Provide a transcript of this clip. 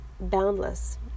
boundless